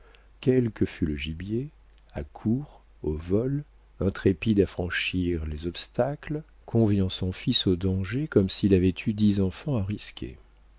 quel que fût le gibier à courre au vol intrépide à franchir les obstacles conviant son fils au danger comme s'il avait eu dix enfants à risquer